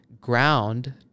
ground